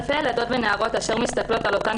אלפי ילדות ונערות אשר מסתכלות על אותן